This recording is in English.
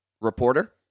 reporter